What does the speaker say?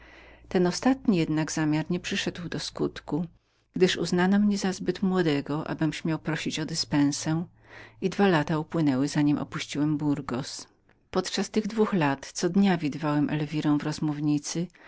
ten ostatni jednak zamiar nie przyszedł do skutku gdyż uznano mnie za młodym abym śmiał prosić o dyspensę i dwa lata upłynęły za nim opuściłem burgos podczas tych dwóch lat każdego dnia widywałem za